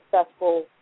successful